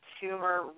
tumor